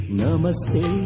namaste